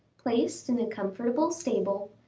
placed in a comfortable stable,